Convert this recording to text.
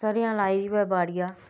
सरेआं लाई दी होऐ बाडि़या